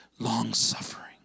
Long-suffering